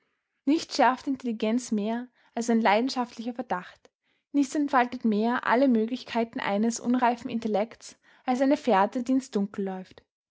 nichts schärft intelligenz mehr als ein leidenschaftlicher verdacht nichts entfaltet mehr alle möglichkeiten eines unreifen intellekts als eine fährte die ins dunkel läuft